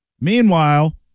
Meanwhile